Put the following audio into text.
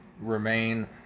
remain